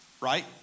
Right